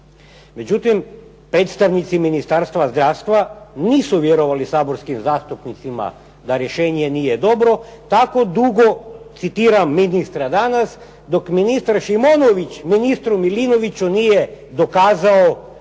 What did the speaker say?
Međutim, predstavnici Ministarstva zdravstava nisu vjerovali saborskim zastupnicima da rješenje nije dobro, tako dugo citiram ministra danas "dok ministar Šimonović ministru Milinoviću nije dokazao